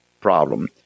problem